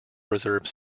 reserve